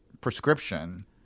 prescription